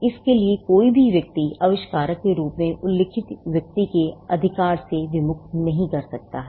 इसलिए कोई भी व्यक्ति आविष्कारक के रूप में उल्लिखित व्यक्ति के अधिकार से विमुख नहीं कर सकता है